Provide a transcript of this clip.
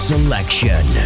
Selection